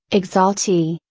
exaltee,